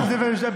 פרופסור.